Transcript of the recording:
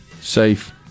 safe